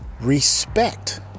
respect